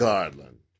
Garland